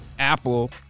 Apple